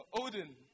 Odin